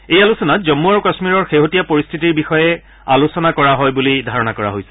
এই আলোচনাত জম্ম আৰু কাশ্মীৰৰ শেহতীয়া পৰিস্থিতি বিষয়ে আলোচনা কৰা হয় বুলি ধাৰণা কৰা হৈছে